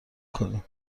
کنیم